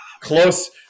close